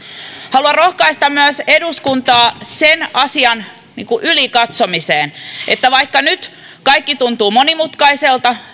haluan myös rohkaista eduskuntaa sen asian yli katsomiseen että nyt kaikki tuntuu monimutkaiselta